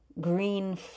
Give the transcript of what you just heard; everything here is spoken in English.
Green